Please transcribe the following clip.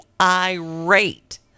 irate